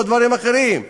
בדברים אחרים.